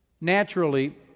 Naturally